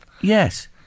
Yes